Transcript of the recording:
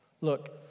Look